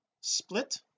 split